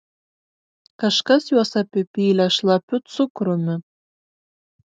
kažkas juos apipylė šlapiu cukrumi